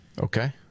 Okay